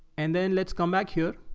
and then let's come back here